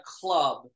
club